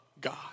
God